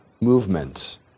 movement